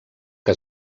que